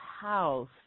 house